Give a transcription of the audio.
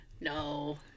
No